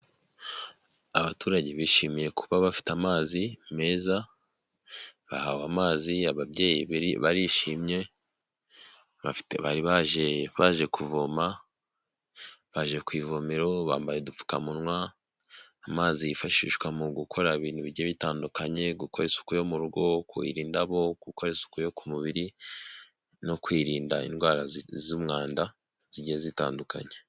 Abaturage bishimiye kuba bafite amazi meza bahawe amazi ababyeyi barishimye bari baje baje kuvoma, baje ku ivomero, bambaye udupfukamunwa amazi yifashishwa mu gukora ibintu bijye bitandukanye, gukora isuku yo mu rugo kuhira indabo, gukora isuku yo ku mubiri no kwirinda indwara z'umwanda zigiye zitandukanye.